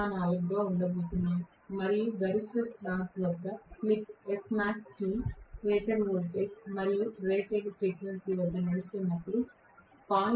04 గా ఉండబోతున్నాం మరియు గరిష్ట టార్క్ వద్ద slip smax T rated voltage మరియు రేట్ ఫ్రీక్వెన్సీ వద్ద నడుస్తున్నప్పుడు 0